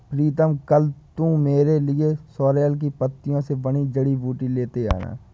प्रीतम कल तू मेरे लिए सोरेल की पत्तियों से बनी जड़ी बूटी लेते आना